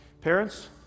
Parents